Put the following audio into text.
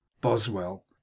Boswell